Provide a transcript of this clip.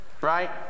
Right